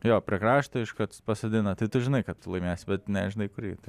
jo prie krašto iškart pasodina tai tu žinai kad ltu aimėsi bet nežinai kurį